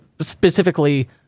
specifically